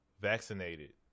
vaccinated